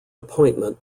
appointment